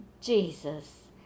Jesus